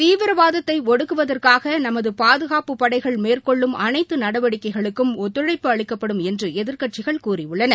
தீவிரவாதத்தை ஒடுக்குவதற்காக நமது பாதுகாப்பு படைகள் மேற்கொள்ளும் அனைத்து நடவடிக்கைகளுக்கும் ஒத்துழைப்பு அளிக்கப்படும் என்று எதிர்கட்சிகள் கூறியுள்ளன